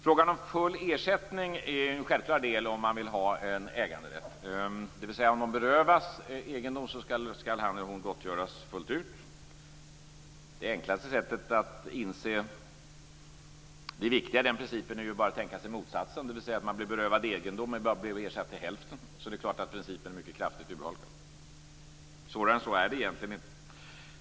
Frågan om full ersättning är en självklar del om man vill ha en äganderätt, dvs. om de enskilda berövas egendom skall de gottgöras fullt ut. Det enklaste sättet att inse det viktiga i den principen är bara att tänka sig motsatsen, dvs. att man blir berövad egendom men bara ersatt till hälften. Det är klart att principen är mycket kraftigt urholkad. Svårare än så är det egentligen inte.